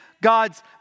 God's